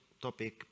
topic